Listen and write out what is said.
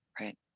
Right